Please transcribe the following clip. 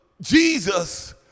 Jesus